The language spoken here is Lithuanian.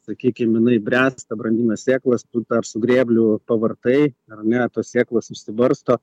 sakykim jinai bręsta brandina sėklas tu dar su grėbliu pavartai ar ne tos sėklos išsibarsto